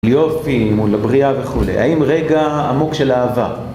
יופי מול הבריאה וכו', האם רגע עמוק של אהבה